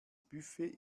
buffet